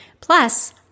Plus